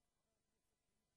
חבר הכנסת חיליק